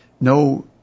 no